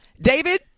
david